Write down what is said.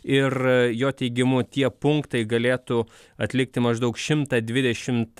ir jo teigimu tie punktai galėtų atlikti maždaug šimtą dvidešimt